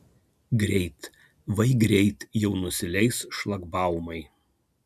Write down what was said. greit vai greit jau nusileis šlagbaumai